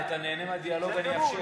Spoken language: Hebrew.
אם אתה נהנה מהדיאלוג, אני אאפשר.